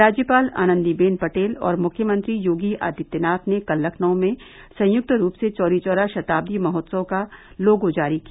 राज्यपाल आनन्दी बेन पटेल और मुख्यमंत्री योगी आदित्यनाथ ने कल लखनऊ में संयुक्त रूप से चौरीचौरा शताब्दी महोत्सव का लोगो जारी किया